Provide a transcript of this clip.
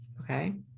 Okay